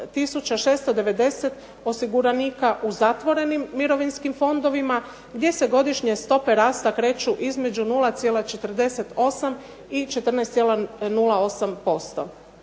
690 osiguranika u zatvorenim mirovinskim fondovima, gdje se godišnje stope rasta kreću između 0,48 i 14,08%.